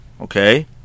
okay